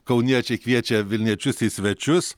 kauniečiai kviečia vilniečius į svečius